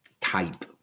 type